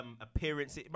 appearance